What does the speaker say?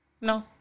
No